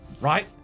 right